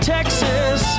Texas